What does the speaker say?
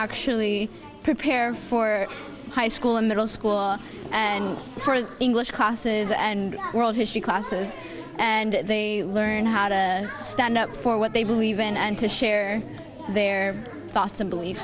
actually prepare for high school in middle school and english classes and world history classes and learn how to stand up for what they believe in and to share their thoughts and belie